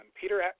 Peter